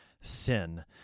sin